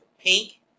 pink